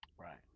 Right